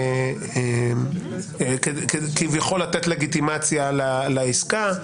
כביכול לתת לגיטימציה לעסקה.